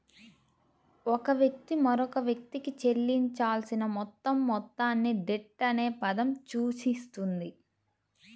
ఒక వ్యక్తి మరియు మరొక వ్యక్తికి చెల్లించాల్సిన మొత్తం మొత్తాన్ని డెట్ అనే పదం సూచిస్తుంది